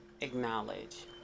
acknowledge